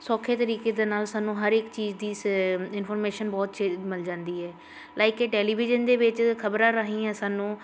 ਸੌਖੇ ਤਰੀਕੇ ਦੇ ਨਾਲ ਸਾਨੂੰ ਹਰ ਇੱਕ ਚੀਜ਼ ਦੀ ਸ ਇਨਫੋਰਮੇਸ਼ਨ ਬਹੁਤ ਛੇ ਮਿਲ ਜਾਂਦੀ ਹੈ ਲਾਈਕ ਕਿ ਟੈਲੀਵਿਜ਼ਨ ਦੇ ਵਿੱਚ ਖਬਰਾਂ ਰਾਹੀਂ ਸਾਨੂੰ